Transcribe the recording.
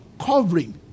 covering